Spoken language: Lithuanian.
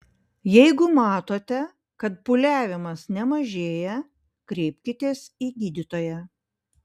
jeigu matote kad pūliavimas nemažėja kreipkitės į gydytoją